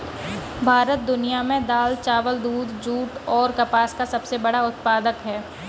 भारत दुनिया में दाल, चावल, दूध, जूट और कपास का सबसे बड़ा उत्पादक है